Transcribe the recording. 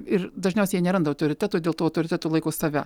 ir dažniausiai jie neranda autoriteto dėl to tuo autoritetu laiko save